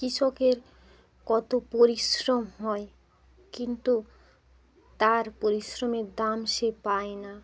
কৃষকের কত পরিশ্রম হয় কিন্তু তার পরিশ্রমের দাম সে পায় না